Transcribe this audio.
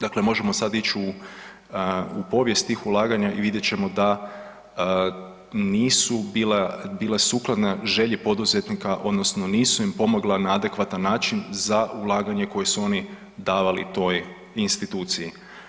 Dakle, možemo sad ići u povijest tih ulaganja i vidjet ćemo da nisu bile sukladne želji poduzetnika odnosno nisu im pomogla na adekvatan način za ulaganje koje su oni davali toj instituciji.